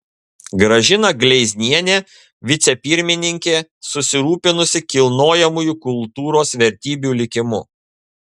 gražina gleiznienė vicepirmininkė susirūpinusi kilnojamųjų kultūros vertybių likimu